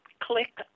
click